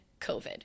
COVID